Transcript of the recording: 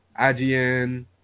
IGN